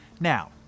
Now